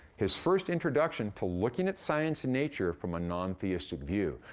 his first introduction to looking at science and nature from a non-theistic view.